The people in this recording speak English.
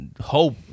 hope